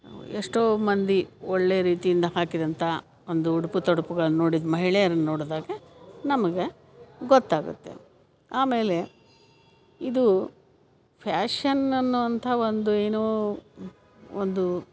ಎಷ್ಟೋ ಮಂದಿ ಒಳ್ಳೆಯ ರೀತಿಯಿಂದ ಹಾಕಿದಂಥ ಒಂದು ಉಡುಪು ತೊಡುಪುಗಳನ್ನ ನೋಡಿದ ಮಹಿಳೆಯರನ್ನ ನೋಡಿದಾಗ ನಮ್ಗೆ ಗೊತ್ತಾಗುತ್ತೆ ಆಮೇಲೆ ಇದು ಫ್ಯಾಷನ್ ಅನ್ನುವಂಥ ಒಂದು ಏನೋ ಒಂದು